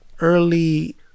early